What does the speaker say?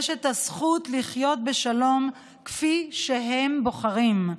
יש את הזכות לחיות בשלום כפי שהם בוחרים.